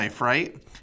right